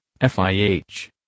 FIH